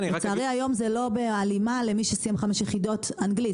לצערי היום זה לא בהלימה למי שסיים 5 יחידות אנגלית.